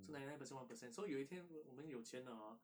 so ninety nine percent one percent so 有一天我们有钱 hor